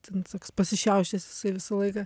ten toks pasišiaušęs jisai visą laiką